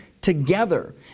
together